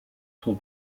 son